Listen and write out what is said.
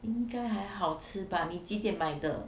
应该还好吃吧你几点买个